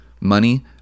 money